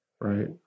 right